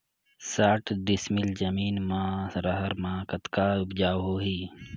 साठ डिसमिल जमीन म रहर म कतका उपजाऊ होही?